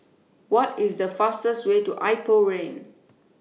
What IS The fastest Way to Ipoh Lane